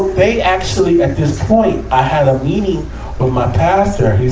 they actually, at this point, i had a meeting with my pastor. he